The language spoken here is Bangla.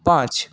পাঁচ